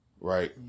Right